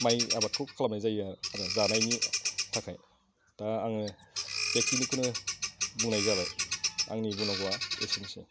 माइ आबादखौ खालामनाय जायो आरो जानायनि थाखाय दा आङो बेखिनिखौनो बुंनाय जाबाय आंनि बुंनांगौआ एसेनोसै